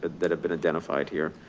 that have been identified here.